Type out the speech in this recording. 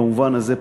במובן הזה,